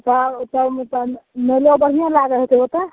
तब तब तब मेलो बढ़िआँ लागल होयतै ओतऽ